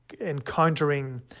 encountering